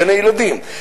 גני-ילדים,